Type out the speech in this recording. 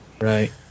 right